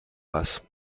was